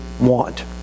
want